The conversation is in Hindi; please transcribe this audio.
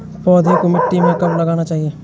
पौधें को मिट्टी में कब लगाना चाहिए?